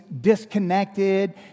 disconnected